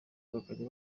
bakajya